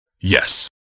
Yes